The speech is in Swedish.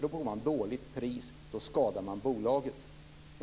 Då får man ett dåligt pris och skadar bolaget.